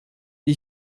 die